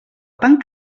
tan